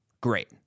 great